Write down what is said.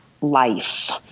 life